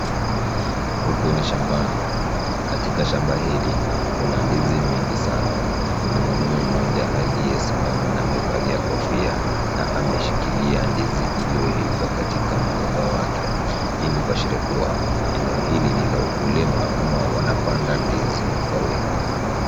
Huku ni shambani. Katika shamba hili, kuna ndizi nyingi sana. Kuna mwanaume mmoja aliyesimama na amevalia kofia na ame shikilia ndizi iliyoivwa katika mgomba wake. Hii ni kuashiria kuwa, eneo hili ni la ukulima ama wanapanda ndizi kwa wingi.